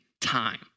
time